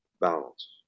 balance